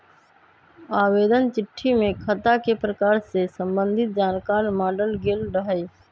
आवेदन चिट्ठी में खता के प्रकार से संबंधित जानकार माङल गेल रहइ